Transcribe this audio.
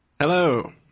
Hello